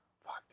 Fuck